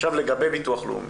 עכשיו לגבי ביטוח לאומי,